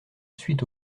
suite